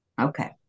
Okay